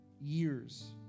years